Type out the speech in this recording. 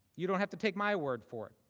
you don't have to take my word for it.